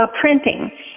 printing